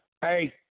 Hey